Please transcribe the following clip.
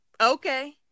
Okay